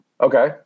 Okay